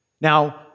Now